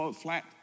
flat